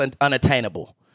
unattainable